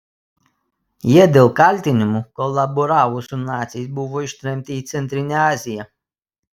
jie dėl kaltinimų kolaboravus su naciais buvo ištremti į centrinę aziją